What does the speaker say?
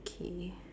K